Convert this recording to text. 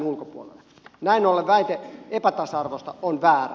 näin ollen väite epätasa arvosta on väärä